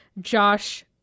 Josh